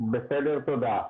בסדר, תודה.